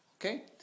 okay